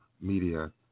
media